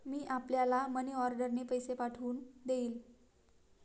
मी आपल्याला मनीऑर्डरने पैसे पाठवून देईन